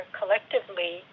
collectively